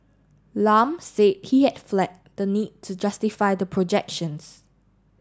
Lam said he had flagged the need to justify the projections